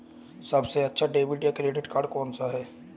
सबसे अच्छा डेबिट या क्रेडिट कार्ड कौन सा है?